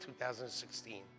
2016